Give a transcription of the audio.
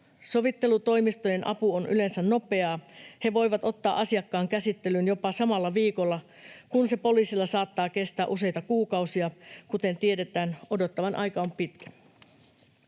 Sovittelutoimistojen apu on yleensä nopeaa. He voivat ottaa asiakkaan käsittelyyn jopa samalla viikolla, kun se poliisilla saattaa kestää useita kuukausia. Kuten tiedetään, odottavan aika on pitkä.